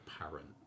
apparent